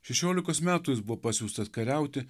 šešiolikos metų jis buvo pasiųstas kariauti